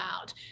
out